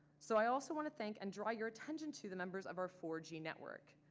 so i also want to thank and draw your attention to the members of our four g network.